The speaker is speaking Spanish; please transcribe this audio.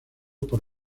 por